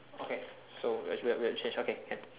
okay so as we're we're change okay can